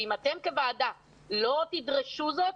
ואם אתם כוועדה לא תדרשו זאת,